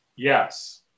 yes